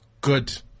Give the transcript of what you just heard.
good